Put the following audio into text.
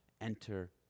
enter